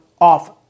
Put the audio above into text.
off